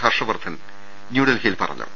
ഹർഷ വർധൻ ന്യൂഡൽഹിയിൽ പറഞ്ഞു